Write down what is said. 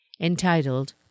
entitled